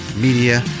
media